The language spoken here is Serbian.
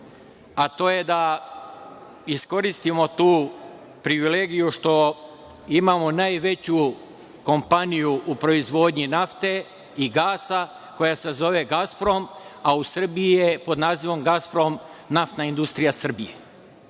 a to je da iskoristimo tu privilegiju što imamo najveću kompaniju u proizvodnji nafte i gasa koja se zove „Gasprom“, a u Srbiji je pod nazivom „Gasprom - Naftna industrija Srbije“,